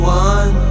one